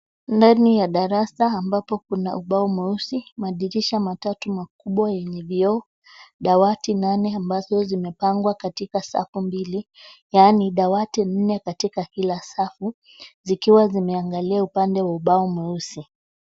Ndani ya darasa ambapo kuna ubao mweusi, madirisha matatu makubwa yenye vioo, dawati nane ambazo zimepangwa katika safu mbili, yaani dawati nne katika kila safu zikiwa zimeangalia upande wa ubao mweusi.